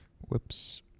Whoops